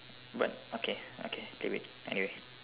but okay okay k wait anyway